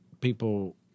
people